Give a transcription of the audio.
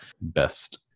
best